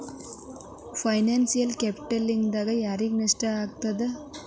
Financial ಕ್ಯಾಪಿಟಲ್ನಿಂದಾ ಯಾರಿಗ್ ನಷ್ಟ ಆಗ್ತದ?